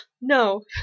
no